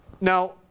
Now